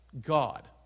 God